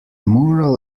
mural